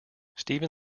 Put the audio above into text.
steven